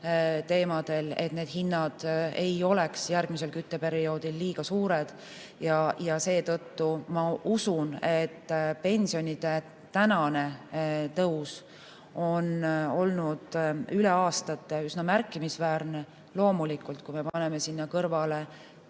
energiateemadel, et hinnad ei oleks järgmisel kütteperioodil liiga suured. Seetõttu ma usun, et pensionide tänane tõus on olnud üle aastate üsna märkimisväärne. Loomulikult, kui me paneme sinna kõrvale kogu